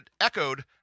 echoed